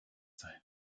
sein